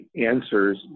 answers